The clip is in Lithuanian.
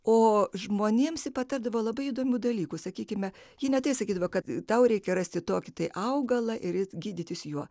o žmonėms patardavo labai įdomių dalykų sakykime ji ne tai sakydavo kad tau reikia rasti tokį augalą ir gydytis juo